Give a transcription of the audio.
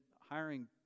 hiring